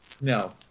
No